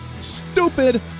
stupid